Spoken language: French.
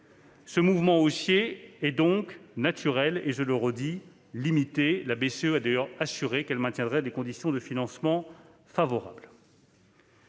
Ce mouvement haussier est donc naturel et, je le redis, limité. La BCE a d'ailleurs assuré qu'elle maintiendrait des conditions de financement favorables.